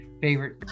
favorite